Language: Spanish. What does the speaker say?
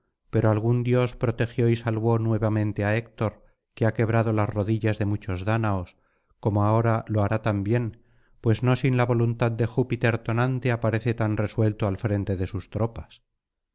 pero algún dios protegió y salvó nuevamente á héctor que ha quebrado las rodillas de muchos dáñaos como ahora lo hará también pues no sin la voluntad de júpiter tonante aparece tan resuelto al frente de sus tropas